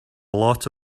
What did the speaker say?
lot